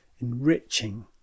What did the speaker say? enriching